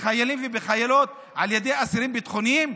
בחיילים ובחיילות על ידי אסירים ביטחוניים?